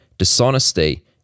dishonesty